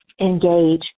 engage